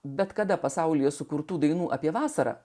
bet kada pasaulyje sukurtų dainų apie vasarą